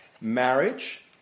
marriage